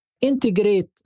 integrate